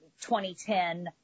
2010